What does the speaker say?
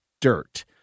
dirt